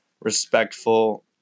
respectful